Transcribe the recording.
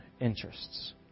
interests